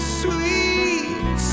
sweet